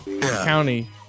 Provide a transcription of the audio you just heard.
County